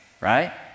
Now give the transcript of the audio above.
right